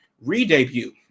re-debut